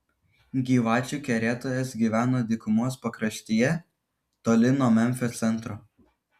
gyvačių kerėtojas gyveno dykumos pakraštyje toli nuo memfio centro